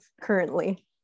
currently